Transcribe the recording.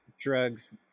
drugs